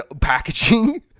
packaging